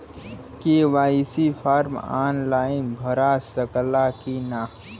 KYC form online भरा सकला की ना?